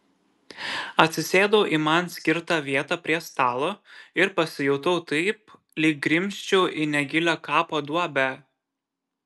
atsisėdau į man skirtą vietą prie stalo ir pasijutau taip lyg grimzčiau į negilią kapo duobę